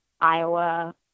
Iowa